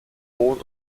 wohn